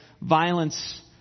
violence